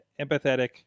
empathetic